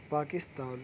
Pakistan